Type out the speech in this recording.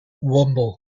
woomble